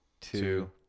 two